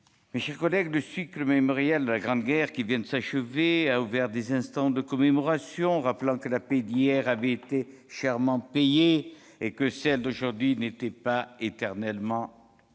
de la paix. Le cycle mémoriel de la Grande Guerre, qui vient de s'achever, a ouvert des instants de commémoration rappelant que la paix d'hier avait été chèrement payée, et que celle d'aujourd'hui n'était pas éternellement acquise.